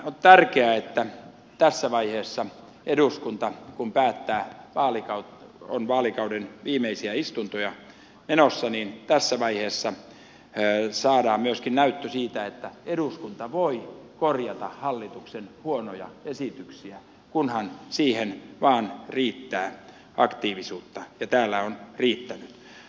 on tärkeää että kun on eduskunnan vaalikauden viimeisiä istuntoja menossa tässä vaiheessa saadaan myöskin näyttö siitä että eduskunta voi korjata hallituksen huonoja esityksiä kunhan siihen vain riittää aktiivisuutta ja täällä on riittänyt